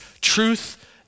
truth